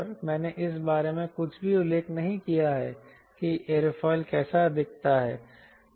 sir मैंने इस बारे में कुछ भी उल्लेख नहीं किया है कि एयरफॉइल कैसा दिखता है